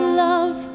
love